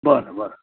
बरं बरं